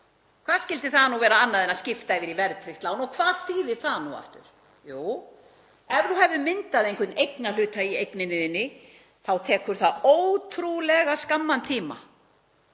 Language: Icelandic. hvað skyldi það nú vera annað heldur en að skipta yfir í verðtryggt lán? Og hvað þýðir það nú aftur? Jú, ef þú hefur myndað einhvern eignarhluta í eigninni þinni þá tekur það ótrúlega skamman tíma